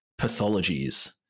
pathologies